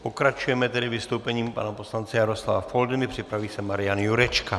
Pokračujeme tedy vystoupením pana poslance Jaroslava Foldyny, připraví se Marian Jurečka.